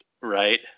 Right